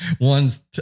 One's